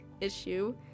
issue